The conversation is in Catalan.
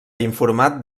informat